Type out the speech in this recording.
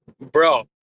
bro